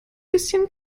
bisschen